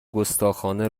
گستاخانه